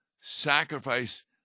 sacrifice